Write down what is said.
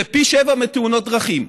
זה פי שבעה מבתאונות דרכים.